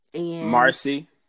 Marcy